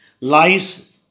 lies